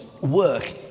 work